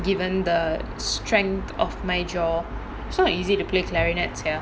given the strength of my jaw it's not easy to play clarinet sia